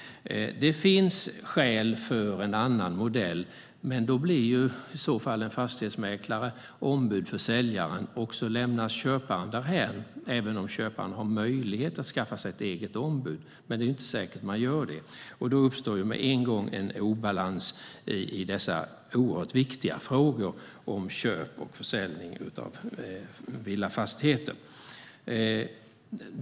Det finns skäl för en annan modell. Då blir dock fastighetsmäklaren ombud för säljaren, och köparen lämnas därhän. Även om köparen har möjlighet att skaffa sig ett eget ombud är det inte säkert att köparen gör det. Då uppstår med en gång en obalans i dessa viktiga frågor om köp och försäljning av villafastigheter.